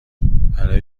برای